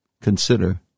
consider